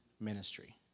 ministry